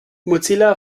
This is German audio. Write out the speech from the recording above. mozilla